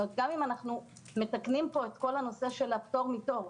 גם אם אנחנו מתקנים פה את כל הנושא של הפטור מתור,